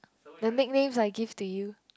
the nicknames I give to you